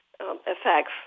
effects